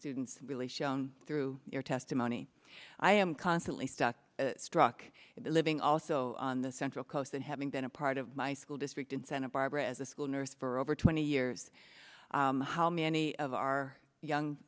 students really shone through your testimony i am constantly stuck struck living also on the central coast and having been a part of my school district in santa barbara as a school nurse for over twenty years how many of our young